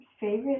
Favorite